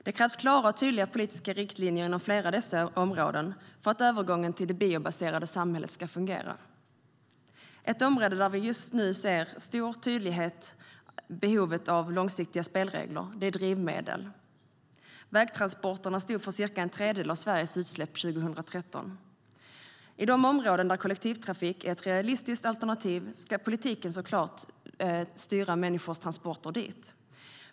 Det krävs klara och tydliga politiska riktlinjer inom flera av dessa områden för att övergången till det biobaserade samhället ska fungera. Ett område där vi just nu med stor tydlighet ser behovet av långsiktiga spelregler är drivmedel. Vägtransporterna stod för cirka en tredjedel av Sveriges utsläpp 2013. I de områden där kollektivtrafik är ett realistiskt alternativ ska politiken såklart styra människors transporter.